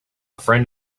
friend